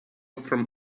from